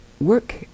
work